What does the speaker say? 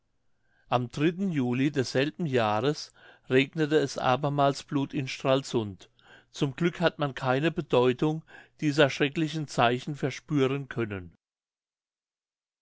am juli desselben jahres regnete es abermal blut in stralsund zum glück hat man keine bedeutung dieser schrecklichen zeichen verspüren können